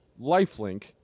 Lifelink